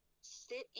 sit